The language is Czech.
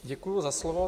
Děkuji za slovo.